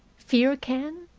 fear can?